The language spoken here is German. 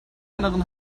anderen